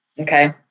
Okay